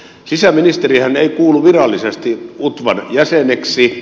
sisäministerihän ei kuulu virallisesti utvan jäseneksi